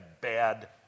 bad